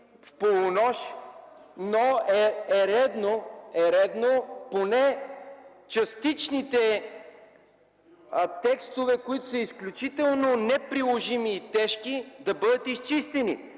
в полунощ, но е редно поне частичните текстове, които са изключително неприложими и тежки, да бъдат изчистени.